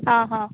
आं हां